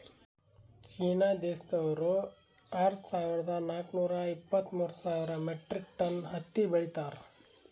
China ದೇಶ್ದವ್ರು ಆರ್ ಸಾವಿರದಾ ನಾಕ್ ನೂರಾ ಇಪ್ಪತ್ತ್ಮೂರ್ ಸಾವಿರ್ ಮೆಟ್ರಿಕ್ ಟನ್ ಹತ್ತಿ ಬೆಳೀತಾರ್